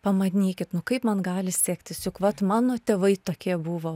pamanykit nu kaip man gali sektis juk vat mano tėvai tokie buvo